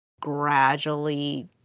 gradually